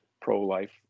pro-life